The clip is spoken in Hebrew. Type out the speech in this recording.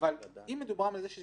אבל אם מדובר בכך שהוא